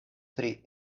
pri